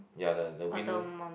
ya the the wind